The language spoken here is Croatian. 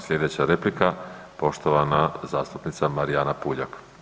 Sljedeća replika je poštovana zastupnica Marijana Puljak.